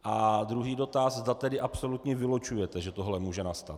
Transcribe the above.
A druhý dotaz, zda tedy absolutně vylučujete, že tohle může nastat.